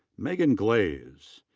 megan glaze.